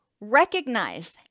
Recognize